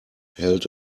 held